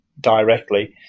directly